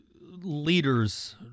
leaders